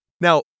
Now